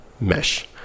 mesh